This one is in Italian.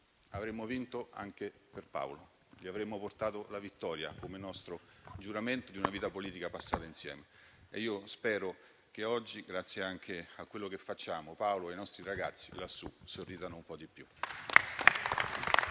avremmo vinto anche per Paolo. Gli avremmo portato la vittoria come nostro giuramento di una vita politica passata insieme. Io spero che oggi, anche grazie a quello che facciamo, Paolo e i nostri ragazzi lassù sorridano un po' di più.